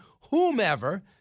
whomever